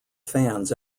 fans